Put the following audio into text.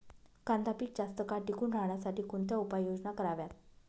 कांदा पीक जास्त काळ टिकून राहण्यासाठी कोणत्या उपाययोजना कराव्यात?